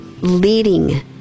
leading